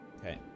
Okay